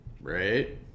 Right